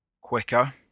Quicker